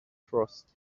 trust